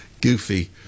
Goofy